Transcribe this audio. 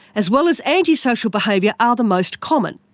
as well as anti-social behaviour are the most common.